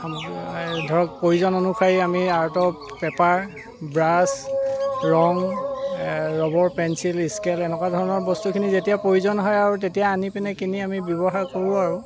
এই ধৰক প্ৰয়োজন অনুসাৰি আমি আৰ্টৰ পেপাৰ ব্ৰাছ ৰং ৰবৰ পেঞ্চিল স্কেল এনেকুৱা ধৰণৰ বস্তুখিনি যেতিয়া প্ৰয়োজন হয় আৰু তেতিয়া আনি পেনে কিনি আমি ব্যৱহাৰ কৰোঁ আৰু